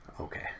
Okay